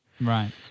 Right